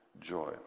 joy